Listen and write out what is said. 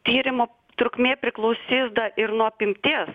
tyrimo trukmė priklausys da ir nuo apimties